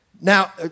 now